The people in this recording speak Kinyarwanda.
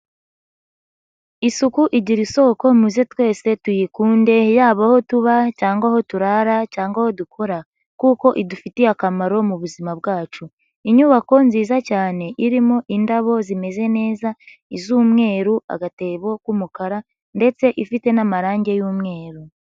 Isuku igira isoko, muze twese tuyikunde, yaba aho tuba cyangwa aho turara cyangwa aho dukora kuko idufitiye akamaro mu buzima bwacu. Inyubako nziza cyane irimo indabo zimeze neza, iz'umweru, agatebo k'umukara ndetse ifite n'amarangi y'umweru.